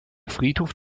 friedhof